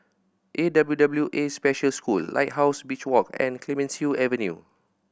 A W W A Special School Lighthouse Beach Walk and Clemenceau Avenue